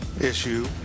issue